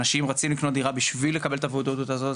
אנשים רצים לקנות דירה על מנת באמת לקבל את הוודאות הזאת,